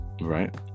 right